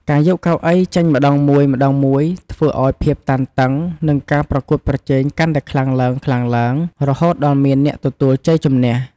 ការយកកៅអីចេញម្តងមួយៗ ធ្វើឱ្យភាពតានតឹង និងការប្រកួតប្រជែងកាន់តែខ្លាំងឡើងៗ រហូតដល់មានអ្នកទទួលជ័យជម្នះ។